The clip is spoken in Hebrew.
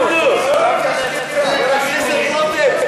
זה קשקשת.